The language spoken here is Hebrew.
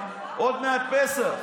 כל החברים שלך, בבית משפט,